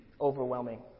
overwhelming